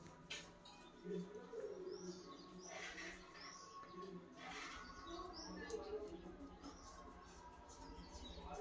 ಬಿಲ್ಲರ್ನೇರ EBP ಬಳಕೆದಾರ್ರಿಗೆ company website ಮೂಲಕಾ ಸೇದಾ ಬಿಲ್ಗಳನ್ನ ಪಾವತಿಸ್ಲಿಕ್ಕೆ ಅನುಮತಿಸ್ತದ